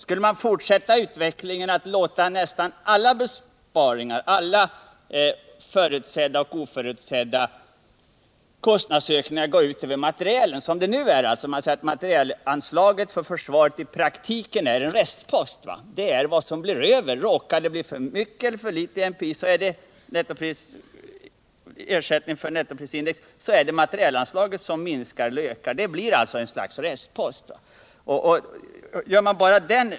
Om den utvecklingen fortsätter att man låter nästan alla förutsedda och oförutsedda kostnadsökningar gå ut över materielen och gjorde inskränkningarna enbart där, skulle naturligtvis effekterna på industrisidan bli mycket kraftiga. Materielanslaget inom försvaret är i praktiken en restpost — det är vad som blir över. Råkar det bli för stor eiler för liten ersättning för NPI, nettoprisindex, är det materielanslaget som ökar eller minskar. Ökad driftskostnad betalas genom minskning på materielen.